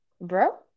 Bro